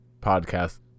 podcast